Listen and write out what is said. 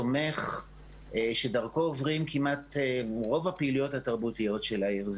תומך שדרכו עוברים כמעט רוב הפעילויות התרבותיות של העיר.